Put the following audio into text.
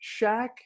Shaq